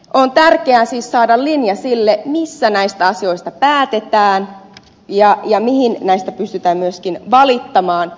on tärkeää siis saada linja sille missä näistä asioista päätetään ja mihin näistä pystytään myöskin valittamaan